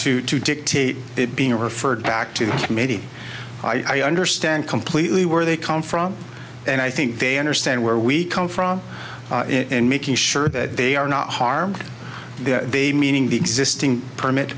to to dictate it being referred back to the committee i understand completely we're they come from and i think they understand where we come from in making sure that they are not harmed they meaning the existing permit